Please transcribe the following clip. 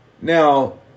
Now